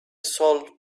soul